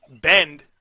bend